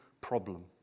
problem